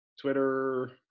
Twitter